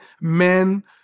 men